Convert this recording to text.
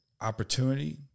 opportunity